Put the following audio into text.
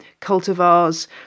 cultivars